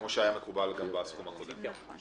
כפי שהיה מקובל גם בסכום הקודם.